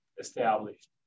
established